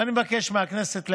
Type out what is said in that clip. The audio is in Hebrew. ואני מבקש מהכנסת לאשר.